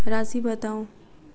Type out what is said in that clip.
राशि बताउ